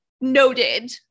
noted